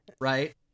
right